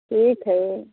ठीक हइ